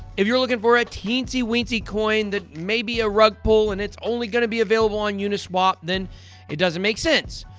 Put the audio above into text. if you're looking for a teensy weensy coin that may be a rug pull, and it's only going to be available on uniswap, then it doesn't make sense!